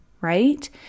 right